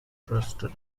breasted